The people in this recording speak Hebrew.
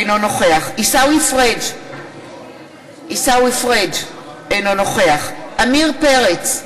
אינו נוכח עיסאווי פריג' אינו נוכח עמיר פרץ,